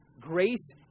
Grace